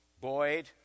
Boyd